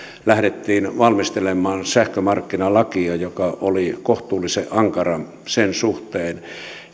lähdettiin valmistelemaan sähkömarkkinalakia joka oli kohtuullisen ankara sen suhteen